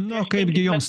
nu kaipgi jums